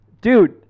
Dude